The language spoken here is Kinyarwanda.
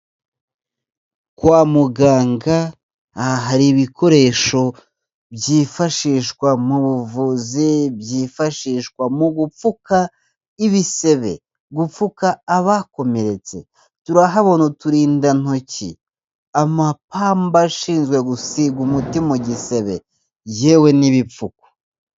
Kwa muganga hari: ibikoresho byifashishwa mu buvuzi, byifashishwa mu gupfuka ibisebe, gupfuka abakomeretse, turahabona uturindantoki, amapamba ashinzwe gusiga umuti mu gisebe yewe n'ibipfuko.